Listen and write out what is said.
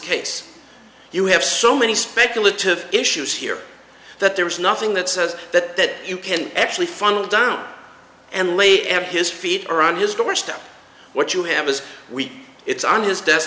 case you have so many speculative issues here that there is nothing that says that you can actually funnel down and lay and his feet are on his doorstep what you have is we it's on his desk